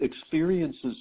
experiences